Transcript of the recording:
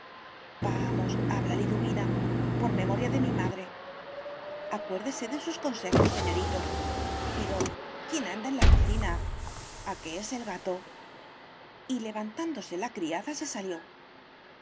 liduvina por la memoria de mi madre acuérdese de sus consejos señorito pero quién anda en la cocina a que es el gato y levantándose la criada se salió